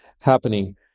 happening